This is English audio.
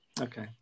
okay